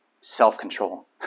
Self-control